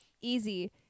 easy